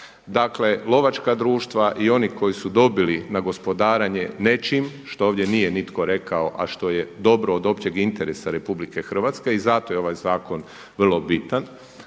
dakle lovačka društva i ona koji su dobili na gospodarenje nečim što ovdje nije nitko rekao, a što je dobro od općeg interesa RH i zato je ovaj zakon vrlo bitan,